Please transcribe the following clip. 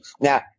Now